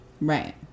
right